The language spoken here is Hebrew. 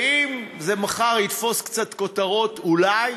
ואם זה מחר יתפוס קצת כותרות, אולי,